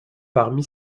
parmi